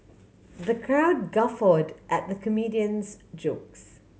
the crowd guffawed at the comedian's jokes